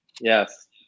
Yes